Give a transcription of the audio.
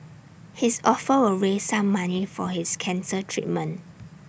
his offer will raise some money for his cancer treatment